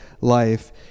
Life